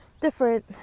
different